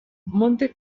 monte